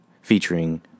featuring